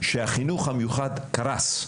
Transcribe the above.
שהחינוך המיוחד קרס.